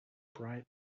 bright